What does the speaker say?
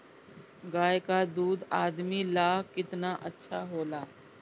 गाय का दूध आदमी ला कितना अच्छा होला?